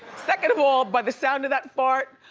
second of all, by the sound of that fart,